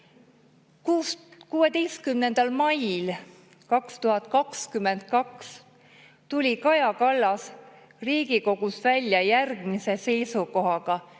16. mail 2022 tuli Kaja Kallas Riigikogus välja järgmise seisukohaga,